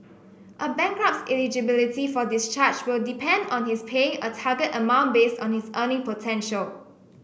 a bankrupt's eligibility for discharge will depend on his paying a target amount based on his earning potential